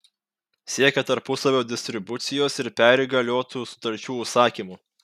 siekia tarpusavio distribucijos ir perįgaliotų sutarčių užsakymų